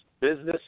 business